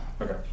Okay